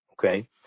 okay